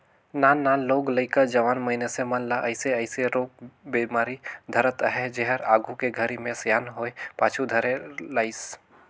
नान नान लोग लइका, जवान मइनसे मन ल अइसे अइसे रोग बेमारी धरत अहे जेहर आघू के घरी मे सियान होये पाछू धरे लाइस